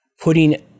putting